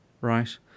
right